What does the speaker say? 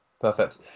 Perfect